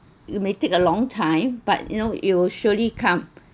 you may take a long time but you know it will surely come